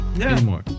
anymore